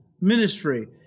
ministry